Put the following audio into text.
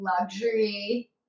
luxury